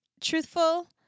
truthful